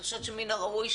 אני חושבת שמן הראוי,